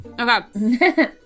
okay